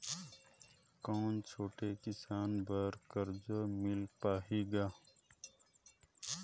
कौन छोटे किसान बर कर्जा मिल पाही ग?